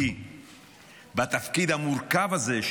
כי בתפקיד המורכב הזה,